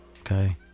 okay